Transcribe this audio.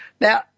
Now